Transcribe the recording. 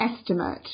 estimate